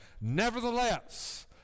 Nevertheless